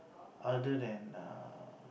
other than err